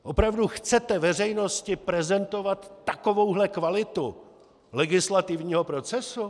Opravdu chcete veřejnosti prezentovat takovouhle kvalitu legislativního procesu?